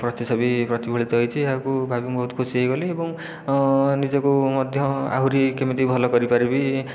ପ୍ରତିଛବି ପ୍ରତିଫଳିତ ହୋଇଛି ଏହାକୁ ଭାବି ମୁଁ ବହୁତ ଖୁସି ହୋଇଗଲି ଏବଂ ନିଜକୁ ମଧ୍ୟ ଆହୁରି କେମିତି ଭଲ କରିପାରିବି